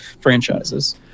franchises